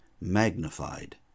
magnified